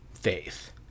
faith